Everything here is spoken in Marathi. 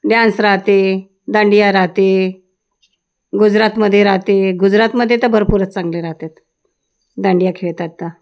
डॅन्स राहते दांडिया राहते गुजरातमध्ये राहते गुजरातमध्ये तर भरपूरच चांगले राहतात दांडिया खेळतात तर